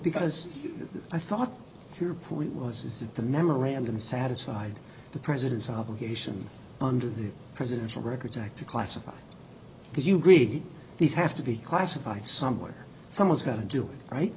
because i thought your point was is that the memorandum satisfied the president's obligation under the presidential records act the classified because you agreed these have to be classified somewhere someone's got to do it right